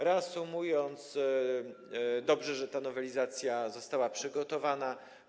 Reasumując, dobrze, że ta nowelizacja została przygotowana.